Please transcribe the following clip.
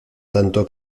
tanto